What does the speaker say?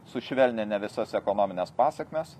sušvelninę visas ekonomines pasekmes